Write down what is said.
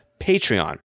Patreon